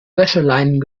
wäscheleinen